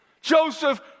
Joseph